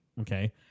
Okay